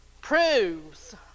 proves